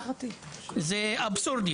זה אבסורד.